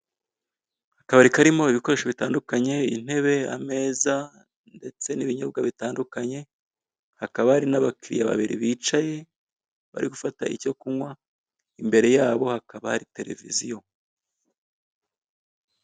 Akabari karimo ibikoresho bitandukanye intebe, ameza ndetse n'ibinyobwa bitandukanye hakaba hari n'abakiriya babiri bicaye bari gufata icyo kunywa, imbere yabo hakaba hari Televiziyo.